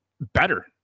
better